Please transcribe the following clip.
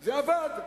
זה עבד.